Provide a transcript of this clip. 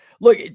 Look